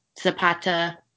Zapata